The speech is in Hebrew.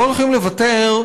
לא הולכים לוותר,